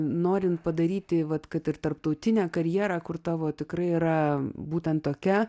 norint padaryti vat kad ir tarptautinę karjerą kur tavo tikrai yra būtent tokia